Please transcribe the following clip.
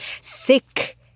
sick